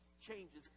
changes